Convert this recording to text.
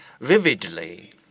vividly